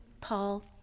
Paul